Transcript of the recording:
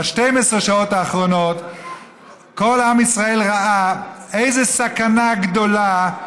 ב-12 השעות האחרונות כל עם ישראל ראה איזו סכנה גדולה,